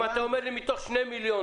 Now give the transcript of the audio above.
אם אתה אומר לי שמתוך שני מיליון